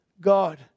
God